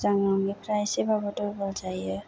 मोजां नङैफ्रा एसेबाबो दुरबल जायो